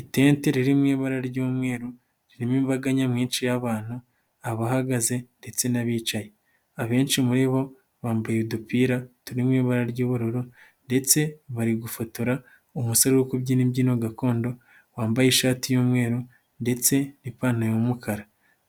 Itente riri mo ibara ry'umweru ririmo imbaga nyamwinshi y'abantu, abahagaze ndetse n'abicaye. Abenshi muri bo, bambaye udupira turimo ibara ry'ubururu ndetse bari gufotora umusore uri kubyina imbyino gakondo wambaye ishati y'umweru, ndetse n'ipantaro y'umukara.